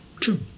True